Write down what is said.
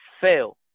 fail